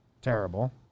Terrible